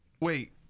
wait